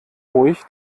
ruhig